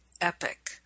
epic